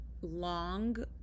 long